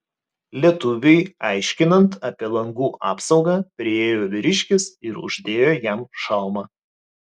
lietuviui aiškinant apie langų apsaugą priėjo vyriškis ir uždėjo jam šalmą